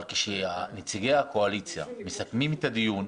אבל כשנציגי הקואליציה מסכמים את הדיון,